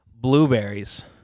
blueberries